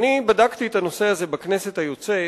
בדקתי את הנושא הזה בכנסת היוצאת